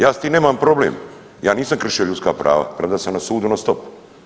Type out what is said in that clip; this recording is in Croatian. Ja s tim nemam problem, ja nisam kršio ljudska prava, premda sam na sudu non stop.